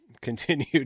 continued